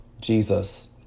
Jesus